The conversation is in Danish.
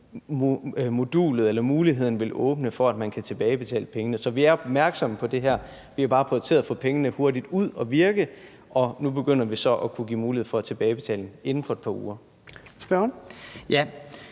tilbagebetale pengene, vil åbne inden for et par uger. Så vi er opmærksomme på det her. Vi har bare prioriteret at få pengene hurtigt ud at virke, og nu begynder vi så at kunne give mulighed for tilbagebetaling inden for et par uger.